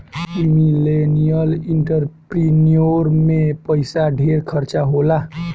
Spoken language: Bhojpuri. मिलेनियल एंटरप्रिन्योर में पइसा ढेर खर्चा होला